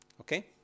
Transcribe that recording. Okay